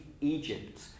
Egypt